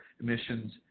emissions